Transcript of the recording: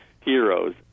heroes